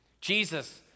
Jesus